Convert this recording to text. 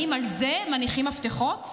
האם על זה מניחים מפתחות?